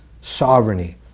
sovereignty